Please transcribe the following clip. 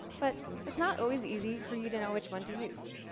but it's not always easy for you to know which one to use.